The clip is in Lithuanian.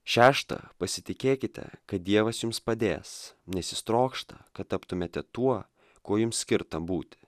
šešta pasitikėkite kad dievas jums padės nes jis trokšta kad taptumėte tuo kuo jums skirta būti